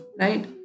right